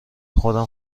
خودم